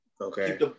Okay